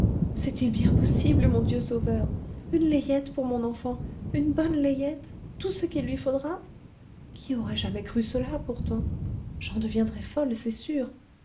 c'est-il bien possible mon bon dieu sauveur une layette pour mon enfant une bonne layette tout ce qu'il lui faudra qui aurait jamais cru cela pourtant j'en deviendrai folle c'est sûr